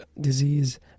disease